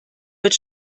wird